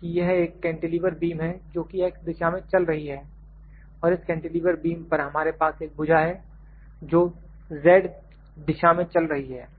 कि यह एक कैंटीलीवर बीम है जो कि X दिशा में चल रही है और इस कैंटीलीवर बीम पर हमारे पास एक भुजा है जो Z दिशा में चल रही है